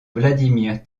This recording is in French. vladimir